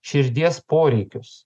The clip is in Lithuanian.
širdies poreikius